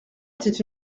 était